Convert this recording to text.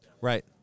Right